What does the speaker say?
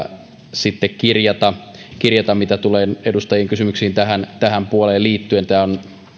kirjata kirjata mitä tulee edustajan kysymyksiin tähän tähän puoleen liittyen tämä on